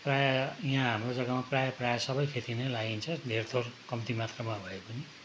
प्रायः यहाँ हाम्रो जग्गामा प्रायः प्रायः सबै खेती नै लगाइन्छ धेरथोर कम्ती मात्रामा भए पनि